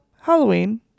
halloween